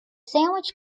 sandwich